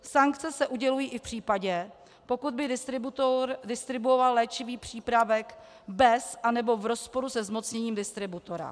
Sankce se udělují i v případě, pokud by distributor distribuoval léčivý přípravek bez anebo v rozporu se zmocněním distributora.